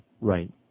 Right